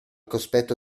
cospetto